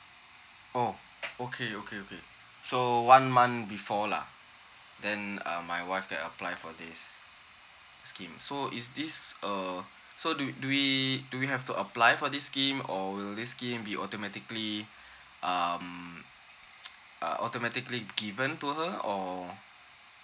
oh okay okay okay so one month before lah then uh my wife can apply for this scheme so is this a so do we do we do we have to apply for this scheme or this shceme will be automatiically um automatiically given to her or